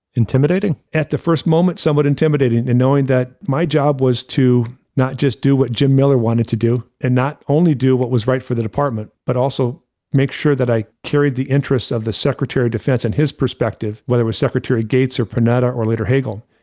intimidating? at the first moment, somewhat intimidating and knowing that my job was to not just do what jim miller wanted to do. and not only do what was right for the department, but also make sure that i carried the interests of the secretary of defense and his perspective, whether it was secretary gates or panetta or later, hagel,